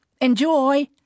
Enjoy